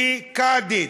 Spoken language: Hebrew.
כקאדית,